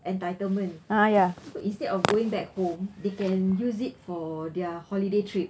entitlement so instead of going back home they can use it for their holiday trip